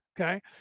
okay